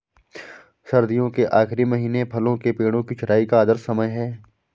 सर्दियों के आखिरी महीने फलों के पेड़ों की छंटाई का आदर्श समय है